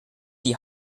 die